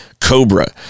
cobra